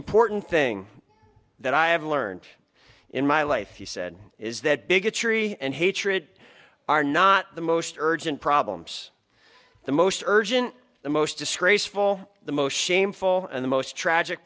important thing that i have learned in my life he said is that bigotry and hatred are not the most urgent problems the most urgent the most disgraceful the most shameful and the most tragic